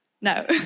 No